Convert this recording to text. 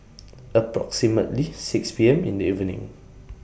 approximately six P M in The evening